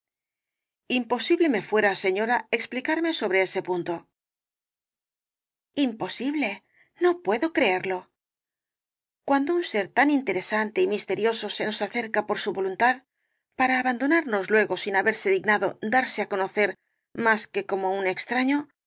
imposible me fuera señora explicarme sobre ese punto imposible no puedo creerlo cuando un ser tan interesante y misterioso se nos acerca por su voluntad para abandonarnos luego sin haberse dig nado darse á conocer más que como un extraño